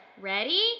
Ready